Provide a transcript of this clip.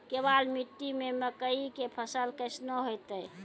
केवाल मिट्टी मे मकई के फ़सल कैसनौ होईतै?